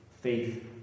faith